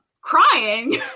crying